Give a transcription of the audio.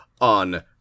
on